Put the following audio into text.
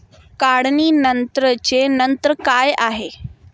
काढणीनंतरचे तंत्र काय आहे?